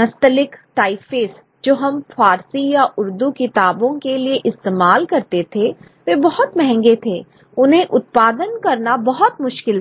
Nastaliq typeface जो हम फारसी या उर्दू किताबों के लिए इस्तेमाल करते थे वे बहुत महंगे थे उन्हें उत्पादन करना बहुत मुश्किल था